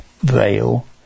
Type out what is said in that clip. veil